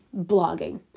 blogging